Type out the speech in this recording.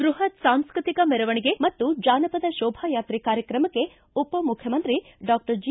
ಬ್ಬಹತ್ ಸಾಂಸ್ವತಿಕ ಮೆರವಣಿಗೆ ಮತ್ತು ಜಾನಪದ ಶೋಭಾಯಾತ್ರೆ ಕಾರ್ಯಕ್ರಮಕ್ಕೆ ಉಪ ಮುಖ್ಯಮಂತ್ರಿ ಡಾಕ್ಷರ್ ಜಿ